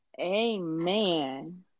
amen